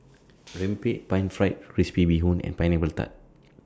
Rempeyek Pan Fried Crispy Bee Hoon and Pineapple Tart